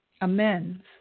amends